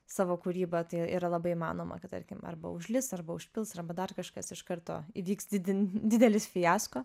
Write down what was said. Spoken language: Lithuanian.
savo kūrybą tai yra labai įmanoma kad tarkim arba užlis arba užpils arba dar kažkas iš karto įvyks itin didelis fiasko